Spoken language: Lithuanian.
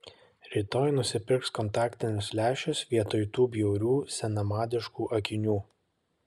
rytoj nusipirks kontaktinius lęšius vietoj tų bjaurių senamadiškų akinių